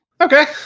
Okay